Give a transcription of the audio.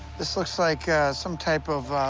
this looks like some type of